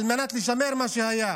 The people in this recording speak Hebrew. על מנת לשמר מה שהיה.